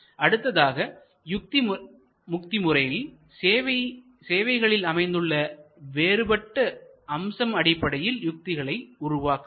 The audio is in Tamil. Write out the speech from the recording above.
அடுத்ததாக யுக்தி முறையில்சேவைகளில் அமைந்துள்ள வேறுபட்டு அம்சம் அடிப்படையில் யுக்திகளை உருவாக்குவது